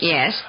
Yes